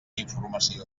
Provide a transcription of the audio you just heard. informació